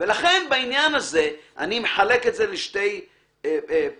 ולכן בעניין הזה אני מחלק את זה לשתי פעולות.